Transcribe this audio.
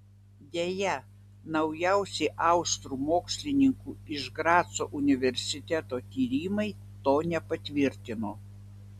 deja naujausi austrų mokslininkų iš graco universiteto tyrimai to nepatvirtino